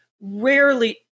Rarely